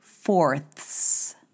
fourths